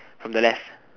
from the left